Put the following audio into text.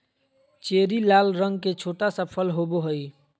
cherry लाल रंग के छोटा सा फल होबो हइ